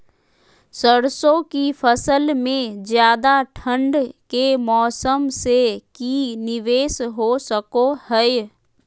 सरसों की फसल में ज्यादा ठंड के मौसम से की निवेस हो सको हय?